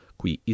qui